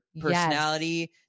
personality